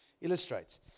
illustrates